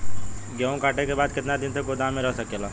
गेहूँ कांटे के बाद कितना दिन तक गोदाम में रह सकेला?